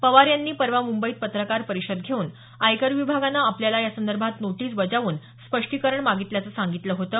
पवार यांनी परवा मुंबईत पत्रकार परिषद घेऊन आयकर विभागानं आपल्याला यासंदर्भात नोटीस बजावून स्पष्टीकरण मागितल्याचं सांगितलं होतं